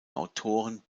autoren